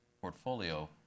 portfolio